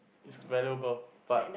it's valuable but